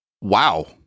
Wow